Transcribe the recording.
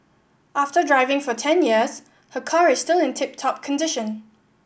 after driving for ten years her car is still in tip top condition